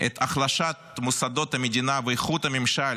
את החלשת מוסדות המדינה ואיכות הממשל